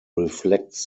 reflects